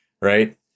right